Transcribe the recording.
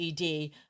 ED